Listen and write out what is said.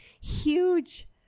huge